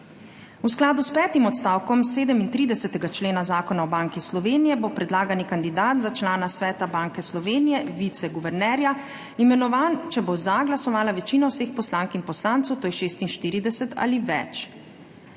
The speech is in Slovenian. V skladu s petim odstavkom 37. člena Zakona o Banki Slovenije bo predlagani kandidat za člana Sveta Banke Slovenije - viceguvernerja imenovan, če bo za glasovala večina vseh poslank in poslancev, to je 46 ali več.